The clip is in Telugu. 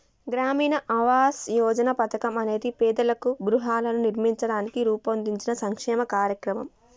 గ్రామీణ ఆవాస్ యోజన పథకం అనేది పేదలకు గృహాలను నిర్మించడానికి రూపొందించిన సంక్షేమ కార్యక్రమం